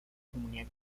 comunidad